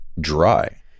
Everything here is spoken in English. dry